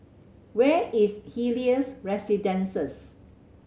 where is Helios Residences